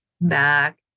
back